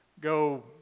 go